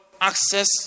access